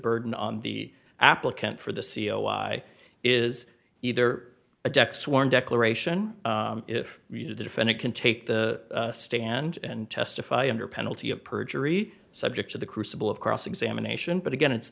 burden on the applicant for the c o i is either a deck sworn declaration if read a defendant can take the stand and testify under penalty of perjury subject to the crucible of cross examination but again it's